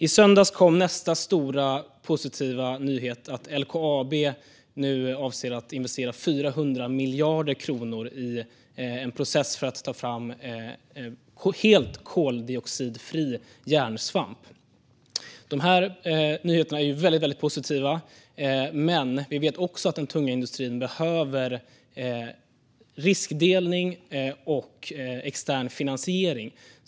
I söndags kom nästa stora positiva nyhet - att LKAB nu avser att investera 400 miljarder kronor i en process för att ta fram helt koldioxidfri järnsvamp. De här nyheterna är ju väldigt positiva, men vi vet att den tunga industrin också behöver riskdelning och extern finansiering.